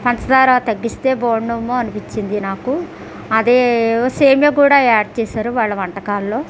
పంచదార తగ్గిస్తే బాగుండేమో అనిపించింది నాకు అదే సేమ్యా కూడా యాడ్ చేశారు వాళ్ల వంటకాల్లో